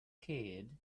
kid